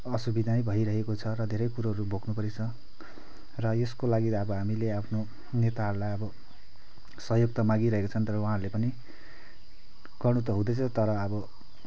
असुविधै भइरहेको छ र धेरै कुरोहरू भोग्नु परेको छ र यसको लागि त अब हामीले आफ्नो नेताहरूलाई अब सहयोग त मागिरहेका छन् तर उहाँहरूले पनि गर्नु त हुँदैछ तर अब